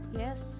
yes